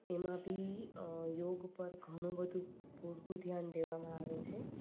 એમાં ભી યોગ પર ઘણુંબધું પૂરતું ધ્યાન દેવામાં આવે છે